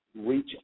Reach